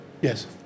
Yes